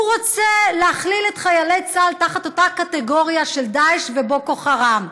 הוא רוצה להכליל את חיילי צה"ל תחת אותה קטגוריה של דאעש ובוקו חראם.